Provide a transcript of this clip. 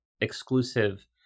Exclusive